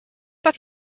that